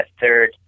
third